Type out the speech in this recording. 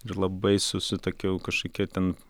ir labai su su tokiu kažkokiu ten